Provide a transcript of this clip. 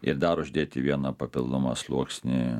ir dar uždėti vieną papildomą sluoksnį